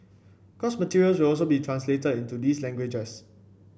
course materials will also be translated into those languages